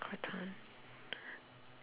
gratin